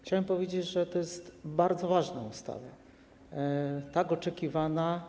Chciałbym powiedzieć, że to jest bardzo ważna ustawa, tak oczekiwana.